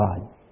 God